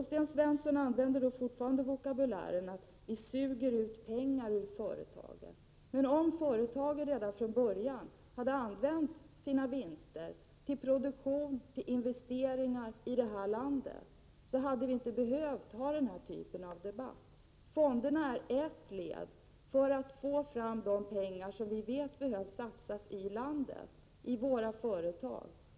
Sten Svensson använder fortfarande uttrycket att vi suger ut pengar ur företagen. Men om företagen redan från början hade använt sina vinster till produktion och investeringar i det här landet, så hade vi inte behövt ha den här typen av debatt. Fonderna är ett led för att få fram de pengar som behöver satsas i landet, i våra företag.